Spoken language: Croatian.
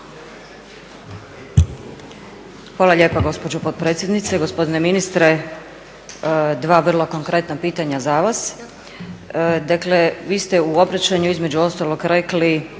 Hvala lijepo gospođo potpredsjednice. Gospodine ministre. Dva vrlo konkretna pitanja za vas. Vi ste u obraćanju između ostalog rekli